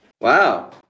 Wow